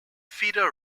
feeder